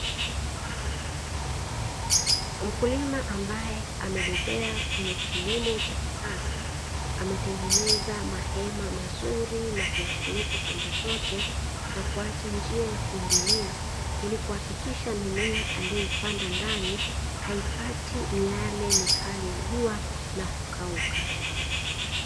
Mkulima ambaye amebobea kwenye kilimo cha kisa, ametengeneza mahema mazuri na kuyafunika pande zote na kuacha njia ya kuingilia. Ili kuhakikisha mimea aliyoipanda ndani haipati miale mikali ya jua na kukauka.